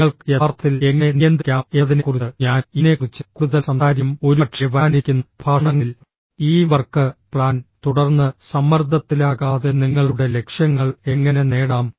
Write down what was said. നിങ്ങൾക്ക് യഥാർത്ഥത്തിൽ എങ്ങനെ നിയന്ത്രിക്കാം എന്നതിനെക്കുറിച്ച് ഞാൻ ഇതിനെക്കുറിച്ച് കൂടുതൽ സംസാരിക്കും ഒരുപക്ഷേ വരാനിരിക്കുന്ന പ്രഭാഷണങ്ങളിൽ ഈ വർക്ക് പ്ലാൻ തുടർന്ന് സമ്മർദ്ദത്തിലാകാതെ നിങ്ങളുടെ ലക്ഷ്യങ്ങൾ എങ്ങനെ നേടാം